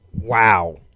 Wow